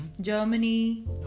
Germany